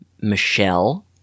Michelle